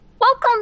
Welcome